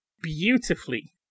beautifully